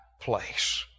place